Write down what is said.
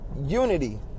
unity